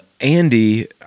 Andy